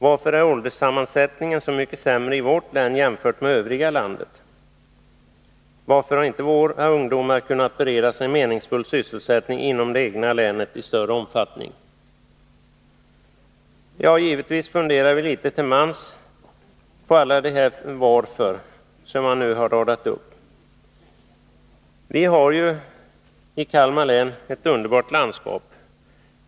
Varför är ålderssammansättningen så mycket sämre i vårt län än i övriga delar av landet? Varför har inte våra ungdomar kunnat beredas en meningsfull sysselsättning inom det egna länet i större omfattning? Givetvis funderar vi litet till mans på alla ”varför” som jag nu har radat upp. Vi har ju i Kalmar län ett underbart landskap.